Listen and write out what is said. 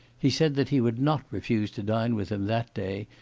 he said that he would not refuse to dine with him that day,